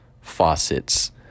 faucets